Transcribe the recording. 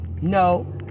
No